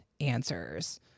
answers